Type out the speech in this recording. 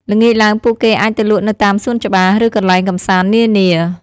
ល្ងាចឡើងពួកគេអាចទៅលក់នៅតាមសួនច្បារ ឬកន្លែងកម្សាន្តនានា។